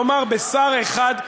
כלומר בשר אחד,